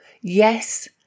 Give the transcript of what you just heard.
Yes